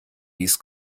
dies